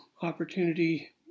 opportunity